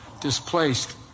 displaced